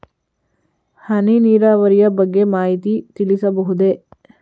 ಹನಿ ನೀರಾವರಿಯ ಬಗ್ಗೆ ಮಾಹಿತಿ ತಿಳಿಸಬಹುದೇ?